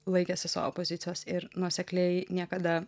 laikėsi savo pozicijos ir nuosekliai niekada